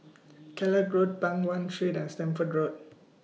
Kellock Road Peng Nguan Street and Stamford Road